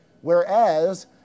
Whereas